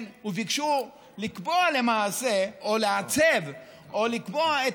וביקשו לקבוע למעשה או לעצב או לקבוע את